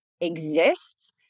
exists